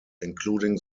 including